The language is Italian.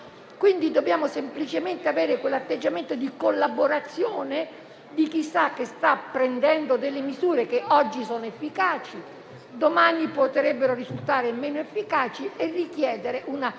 dobbiamo semplicemente avere quell'atteggiamento di collaborazione di chi sa che sta prendendo delle misure che oggi sono efficaci e che domani potrebbero esserlo meno e richiedere una